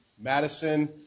Madison